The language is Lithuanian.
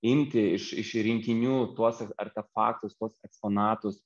imti iš iš rinkinių tuos artefaktus tuos eksponatus